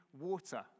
water